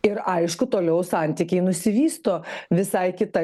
ir aišku toliau santykiai nusivysto visai kita